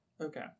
Okay